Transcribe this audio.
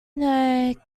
know